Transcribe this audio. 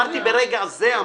אמרתי: ברגע זה.